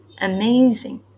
amazing